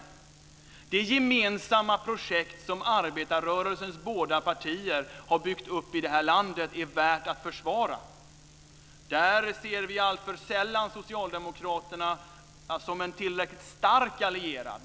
De gemensamma projekt som arbetarrörelsens båda partier har byggt upp i det här landet är värda att försvara. Där ser vi alltför sällan Socialdemokraterna som en tillräckligt stark allierad.